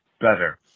better